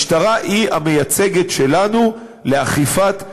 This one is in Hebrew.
משטרה היא המייצגת שלנו באכיפת החוק,